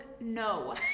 no